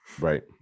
right